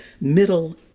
middle